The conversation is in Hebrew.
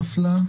ההסתייגות נפלה.